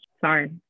sorry